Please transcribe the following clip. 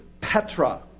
Petra